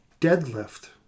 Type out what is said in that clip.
Deadlift